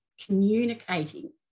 communicating